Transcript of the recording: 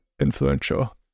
influential